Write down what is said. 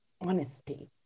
honesty